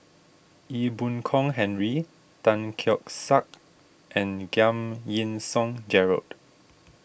Ee Boon Kong Henry Tan Keong Saik and Giam Yean Song Gerald